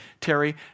Terry